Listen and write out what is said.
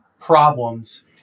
problems